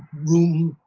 room